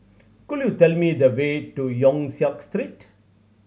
could you tell me the way to Yong Siak Street